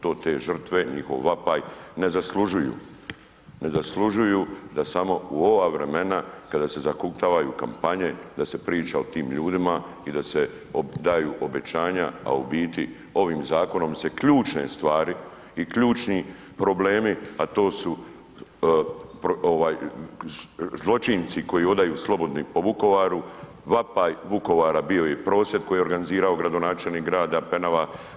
To te žrtve, njihov vapaj ne zaslužuju, ne zaslužuju da samo u ova vremena kada se zahuktavaju kampanje da se priča o tim ljudima i da se daju obećanja, a u biti ovim zakonom se ključne stvari i ključni problemi, a to su ovaj zločinci koji hodaju slobodni po Vukovaru, vapaj Vukovara bio je i prosvjed koji je organizirao gradonačelnik grada Penava.